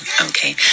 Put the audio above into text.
okay